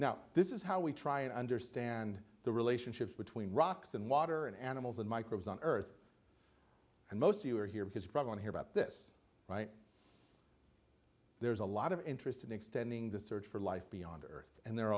now this is how we try and understand the relationship between rocks and water and animals and microbes on earth and most of you are here because probably on here about this right there's a lot of interest in extending the search for life beyond earth and there are